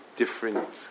Different